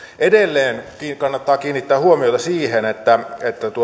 edelleen kannattaa kiinnittää huomiota siihen että